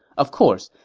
of course,